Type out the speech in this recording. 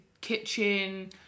kitchen